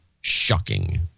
Shocking